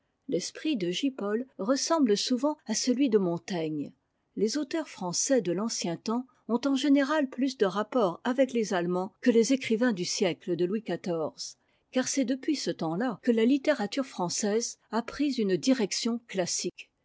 l'esprit de j paul ressemble souvent à celui de montaigne les auteurs français de l'ancien temps ont eh général plus de rapport avec les attemands que les écrivains du siècle de louis xiv car c'est depuis ce temps tà que la littérature française a pris une direction classique